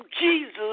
Jesus